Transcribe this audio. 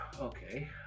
okay